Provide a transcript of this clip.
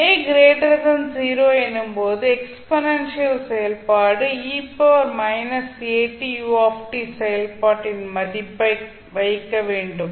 a 0 எனும் போது exponential செயல்பாடு செயல்பாட்டின் மதிப்பை வைக்க வேண்டும்